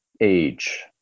age